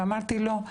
ואמרתי לו,